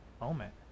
Moment